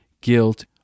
guilt